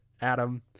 Adam